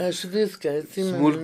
aš viską atsimenu